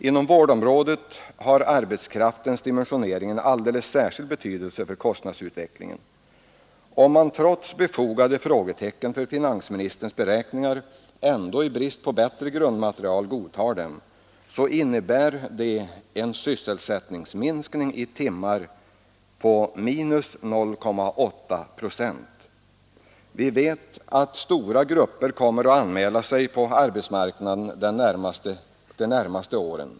På vårdområdet har arbetskraftens dimensionering en alldeles särskild betydelse för kostnadsutvecklingen. Om man trots befogade frågetecken för finansministerns beräkning ändå i brist på bättre grundmaterial godtar den, så innebär det en sysselsättningsminskning i timmar på minus 0,8 procent. Vi vet att stora grupper kommer att anmäla sig på arbetsmarknaden de närmaste åren.